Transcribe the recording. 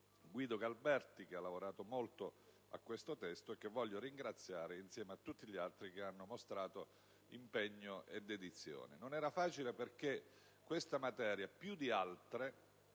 Guido Galperti, che ha lavorato molto a questo testo e che voglio ringraziare insieme a tutti gli altri che hanno mostrato impegno e dedizione. Non era facile, perché questa materia, più di altre,